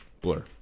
Blur